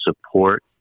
support